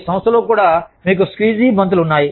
మీ సంస్థలో కూడా మీకు స్క్వీజీ బంతులు ఉన్నాయి